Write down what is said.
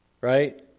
Right